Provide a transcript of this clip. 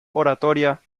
oratoria